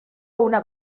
una